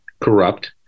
corrupt